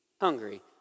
hungry